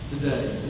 today